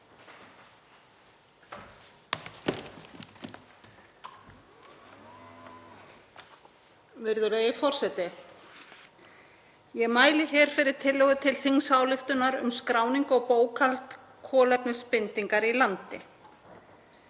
Virðulegi forseti. Ég mæli hér fyrir tillögu til þingsályktunar um skráningu og bókhald kolefnisbindingar í landi.